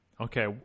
Okay